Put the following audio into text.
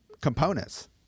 components